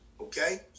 Okay